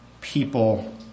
people